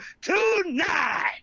tonight